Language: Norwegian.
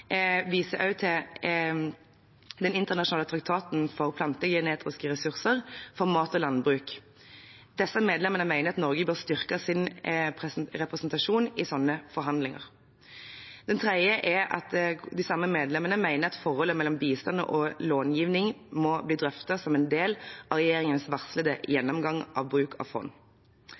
viser også til den internasjonale traktaten for plantegenetiske ressurser for mat og landbruk. Disse medlemmene mener at Norge bør styrke sin representasjon i slike forhandlinger. Det tredje er at de samme medlemmene mener at forholdet mellom bistand og långivning må bli drøftet som en del av regjeringens varslede gjennomgang av bruk av fond.